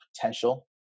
potential